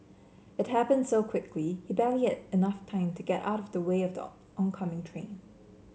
it happened so quickly he barely had enough time to get out of the way of the oncoming train